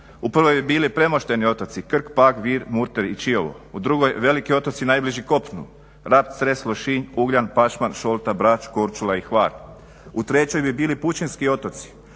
U prvoj bi bili … otoci: Krk, Pag, Vir, Murter i Čiovo; u drugoj veliki otoci najbliži kopnu: Rab, Cres, Lošinj, Ugljan, Pašman, Šolta, Brač, Korčula i Hvar; u trećoj bi bili pučinski otoci,